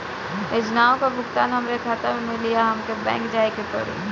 योजनाओ का भुगतान हमरे खाता में मिली या हमके बैंक जाये के पड़ी?